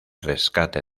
rescate